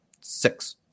six